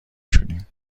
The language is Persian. شدیم